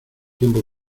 tiempo